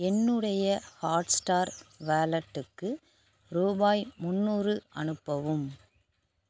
என்னுடைய ஹாட்ஸ்டார் வாலெட்டுக்கு ரூபாய் முன்னூறு அனுப்பவும்